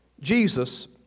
Jesus